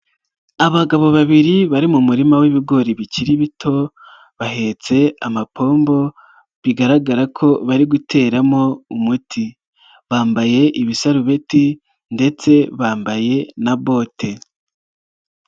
Abagabo babiri bari mu murima w'ibigori bikiri bito bahetse amapombo bigaragara ko bari guteramo umuti, bambaye ibisarubeti ndetse bambaye na bote.